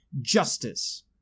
justice